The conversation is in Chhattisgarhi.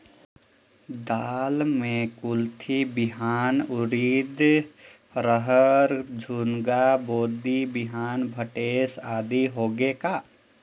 दाल मे कुरथी बिहान, उरीद, रहर, झुनगा, बोदी बिहान भटेस आदि होगे का?